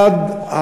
אחד,